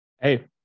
hey